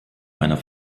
einer